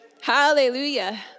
hallelujah